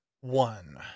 one